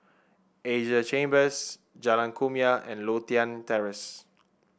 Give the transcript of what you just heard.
Asia Chambers Jalan Kumia and Lothian Terrace